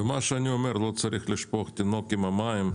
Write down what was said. אני טוען שלא צריך לשפוך את התינוק עם המים,